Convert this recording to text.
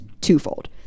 twofold